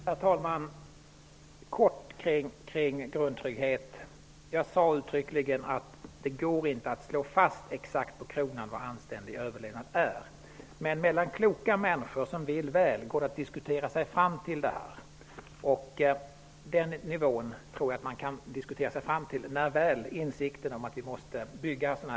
Herr talman! Kort kring grundtryggheten: Jag sade uttryckligen att det inte går att slå fast exakt på kronan vad anständig överlevnad innebär. Men det går att diskutera sig fram till detta mellan kloka människor som vill väl. När väl insikten om att man måste bygga system av den här typen börjar att sprida sig kan man diskutera sig fram till vilken nivå som är rimlig.